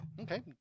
Okay